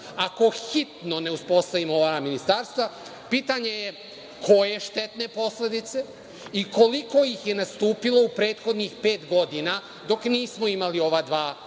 ako hitno ne uspostavimo ova ministarstva, pitanje je koje štetne posledice, i koliko ih je nastupilo u prethodnih pet godina dok nismo imali ova dva